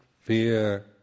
fear